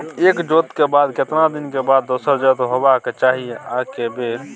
एक जोत के बाद केतना दिन के बाद दोसर जोत होबाक चाही आ के बेर?